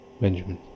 Benjamin